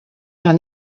war